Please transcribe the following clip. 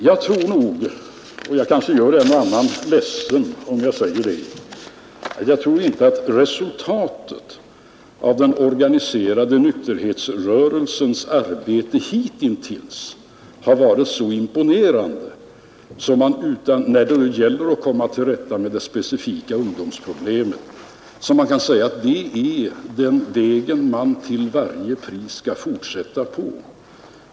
Jag tror inte — och jag kanske gör en och annan ledsen om jag säger det — att resultatet av den organiserade nykterhetsrörelsens arbete hitintills varit så imponerande att man när det gäller att komma till rätta med det specifika ungdomsproblemet kan säga att det är den vägen man till varje pris skall fortsätta på.